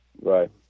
Right